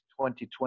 2020